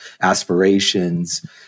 aspirations